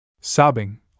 Sobbing